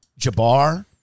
Jabbar